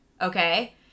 Okay